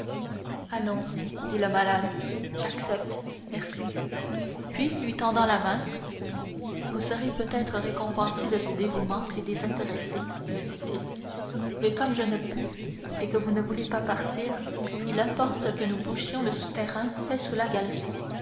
allons dit le malade j'accepte merci puis lui tendant la main vous serez peut-être récompensé de ce dévouement si désintéressé lui dit-il mais comme je ne puis et que vous ne voulez pas partir il importe que nous bouchions le souterrain fait sous la galerie